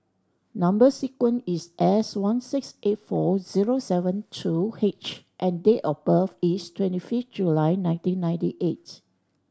number sequence is S one six eight four zero seven two H and date of birth is twenty fifth July nineteen ninety eighth